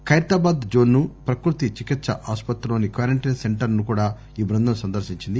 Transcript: Khairatabad zone ను ప్రకృతి చికిత్స ఆసుపత్రిలోని క్యారంటైన్ సెంటర్ ను కూడా ఈ బృందం సందర్పించింది